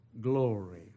glory